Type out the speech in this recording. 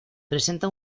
presenta